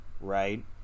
Right